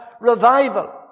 revival